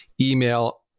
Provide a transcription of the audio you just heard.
email